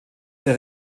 der